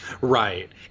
Right